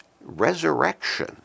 resurrection